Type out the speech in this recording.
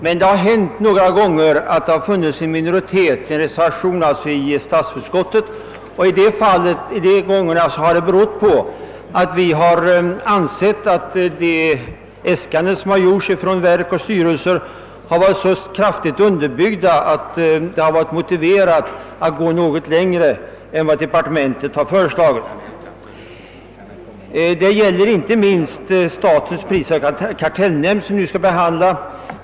Men några gånger har det funnits en minoritet som avgivit reservation, bl.a. därför att det ansetts att de äskanden som gjorts av verk och styrelser varit så kraftigt underbyggda, att det varit motiverat att gå något längre än vad departementschefen föreslagit. Så är förhållandet beträffande statens prisoch kartellnämnd, vars avlöningsanslag vi nu skall behandla.